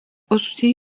aussi